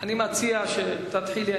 אני מציע שתתחילי.